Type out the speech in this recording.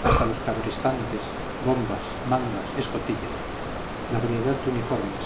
hasta los cabrestantes bombas mangas escotillas la variedad de uniformes